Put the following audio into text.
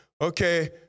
okay